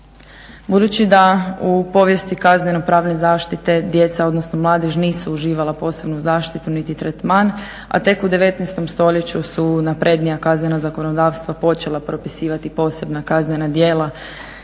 Budući da u povijesti kazneno pravne zaštite djeca odnosno mladež nisu uživala posebnu zaštitu niti tretman, a tek u 19.stoljeću su naprednija kaznena zakonodavstva počela propisivati posebna kaznena djela